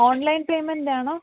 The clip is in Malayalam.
ഓൺലൈൻ പേമെൻറ്റാണോ